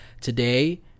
Today